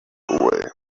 away